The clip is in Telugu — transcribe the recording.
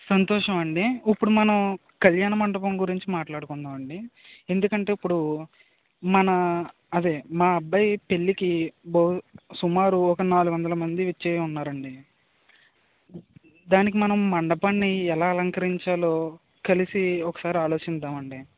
సంతోషం అండి ఇప్పుడు మనం కళ్యాణమండపం గురించి మాట్లాడుకుందాం అండి ఎందుకంటే ఇప్పుడు మన అదే మా అబ్బాయి పెళ్ళికి బో సుమారు ఒక నాలుగు వందల మంది విచ్చేయును ఉన్నారు అండి దానికి మనం మండపాన్ని ఎలా అలంకరించాలో కలిసి ఒకసారి ఆలోచించుదాము అండి